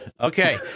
Okay